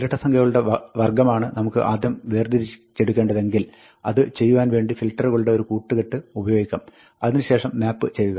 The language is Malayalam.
ഇരട്ടസംഖ്യകളുടെ വർഗ്ഗമാണ് നമുക്ക് ആദ്യം വേർതിരിച്ചെടുക്കേ ണ്ടതെങ്കിൽ അത് ചെയ്യുവാൻ വേണ്ടി ഫിൽട്ടറുകളുടെ ഒരു കൂട്ടുകെട്ട് ഉപയോഗിക്കാം അതിന് ശേഷം മാപ്പ് ചെയ്യുക